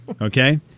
Okay